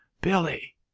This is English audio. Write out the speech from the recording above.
billy